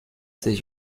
sich